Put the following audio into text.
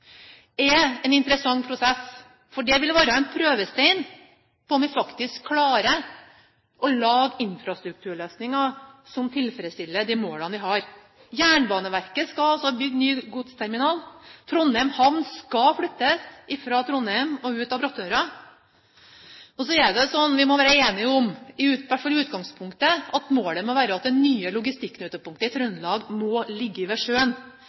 en interessant prosess, for det vil være en prøvestein på om vi faktisk klarer å lage infrastrukturløsninger som tilfredsstiller de målene vi har. Jernbaneverket skal bygge ny godsterminal. Trondheim havn skal flyttes fra Trondheim ut av Brattøra. Så er det sånn – det må vi være enige om, i hvert fall i utgangspunktet – at målet må være at det nye logistikknutepunktet i Trøndelag må ligge ved sjøen.